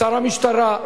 שר המשטרה,